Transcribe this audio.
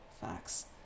facts